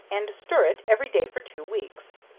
and stir it every day for two weeks.